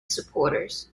supporters